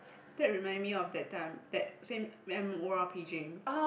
that remind me of that time that same man O R P Jame